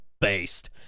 Based